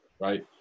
right